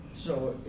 so,